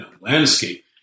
landscape